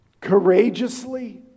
courageously